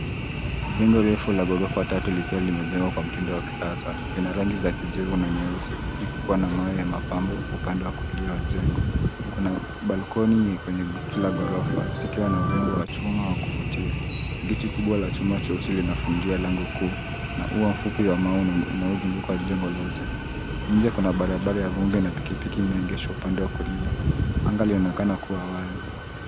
Jengo refu la ghorofa tatu likiwa limejengwa kwa mtindo wa kisasa. Lina rangi za kijivu na nyeusi, huku ikiwa na mawe ya mapambo upande wa kulia wa jengo. Kuna balkoni kwenye kila ghorofa, zikiwa na urembo wa chuma wa kuvutia. Geti kubwa la chuma jeusi linafungia lango kuu na ua mfupi wa mawe unaozunguka jengo lote. Nje kuna barabara ya honge na pikipiki imeegeshwa upande wa kulia. Anga linaonekana kuwa wazi.